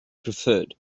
preferred